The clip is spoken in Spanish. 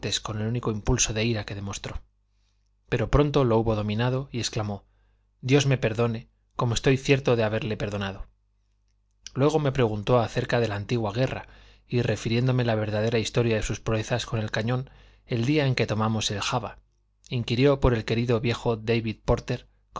con el único impulso de ira que demostró pero pronto lo hubo dominado y exclamó dios me perdone como estoy cierto de haberle perdonado luego me preguntó acerca de la antigua guerra y refiriéndome la verdadera historia de sus proezas con el cañón el día en que tomamos el java inquirió por el querido viejo david pórter